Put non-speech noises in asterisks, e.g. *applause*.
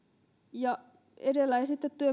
ja edellä esitetyt *unintelligible*